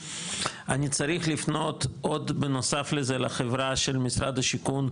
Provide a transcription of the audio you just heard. אני צריך לפנות עוד בנוסף לזה לחברה של משרד השיכון,